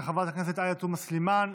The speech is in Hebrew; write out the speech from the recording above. של חברת הכנסת עאידה תומא סלימאן,